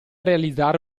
realizzare